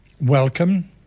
welcome